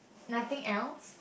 nothing else